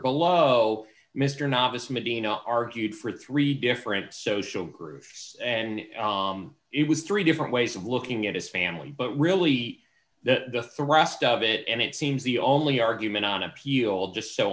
below mr navas medina argued for three different social groups and it was three different ways of looking at his family but really the rest of it and it seems the only argument on appeal just so